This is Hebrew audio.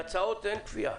בהצעות אין כפיה.